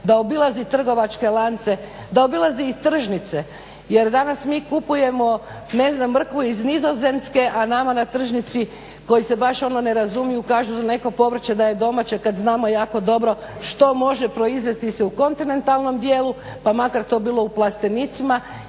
da obilazi trgovačke lance, da obilazi i tržnice. Jer danas mi kupujemo ne znam mrkvu iz Nizozemske a nama na tržnici koji se baš ono ne razumiju kažu za neko povrće da je domaće kada znamo jako dobro što može proizvesti u kontinentalnom dijelu pa makar to bilo u plastenicima